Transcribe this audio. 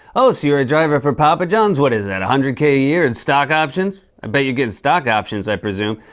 oh, so you're a driver for papa john's? what is that, one hundred k a year in stock options? i bet you get stock options, i presume.